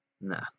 Nah